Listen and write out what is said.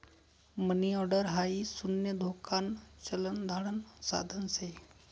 मनी order हाई शून्य धोकान चलन धाडण साधन शे